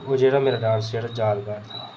ओह् जेह्ड़ा मेरा डांस जेह्ड़ा यादगर हा